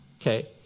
Okay